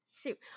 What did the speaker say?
Shoot